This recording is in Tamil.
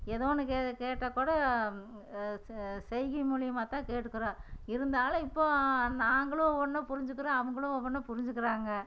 ஏதோ ஒன்று கே கேட்டாக்கூட செய்கை மூலயமாத்தான் கேட்டுக்கிறோம் இருந்தாலும் இப்போது நாங்களும் ஒன்று புரிஞ்சுக்கிறோம் அவங்களும் ஒவ்வொன்று புரிஞ்சுக்கிறாங்க